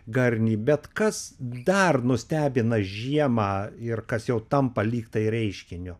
garnį bet kas dar nustebina žiemą ir kas jau tampa lyg tai reiškiniu